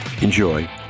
enjoy